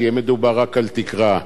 שיהיה מדובר רק בתקרה,